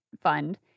fund